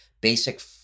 basic